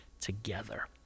together